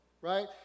Right